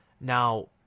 Now